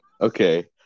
Okay